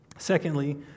Secondly